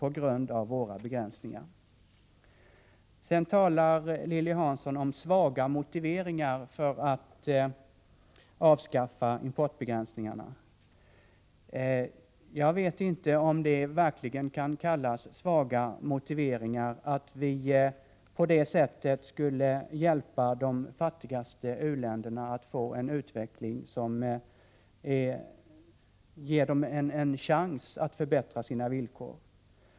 Lilly Hansson talade om svaga motiveringar för att avskaffa importbegränsningarna. Jag vet inte om det verkligen kan kallas svaga motiveringar att vi på det sättet skulle hjälpa de fattigaste u-länderna till en utveckling som ger dem en chans att förbättra sina villkor.